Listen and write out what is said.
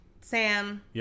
Sam